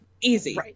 easy